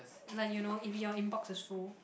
like you know if your inbox is full